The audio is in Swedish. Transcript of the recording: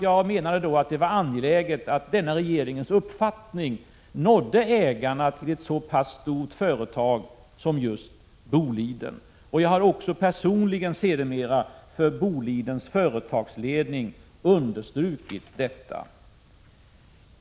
Jag menade då att det var angeläget att denna regeringens uppfattning nådde ägarna till ett så pass stort företag som just Boliden. Jag har också sedermera personligen understrukit detta för Bolidens företagsledning.